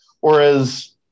Whereas